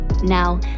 Now